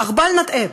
אך בל נטעה: